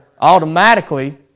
automatically